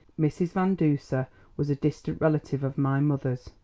mrs. van duser was a distant relative of my mother's.